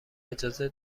اجازه